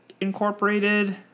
incorporated